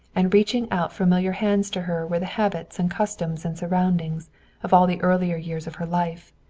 and reaching out familiar hands to her were the habits and customs and surroundings of all the earlier years of her life,